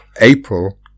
April